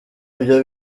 byo